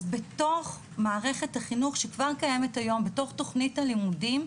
אז בתוך מערכת החינוך שכבר קיימת היום בתוך תוכנית הלימודים,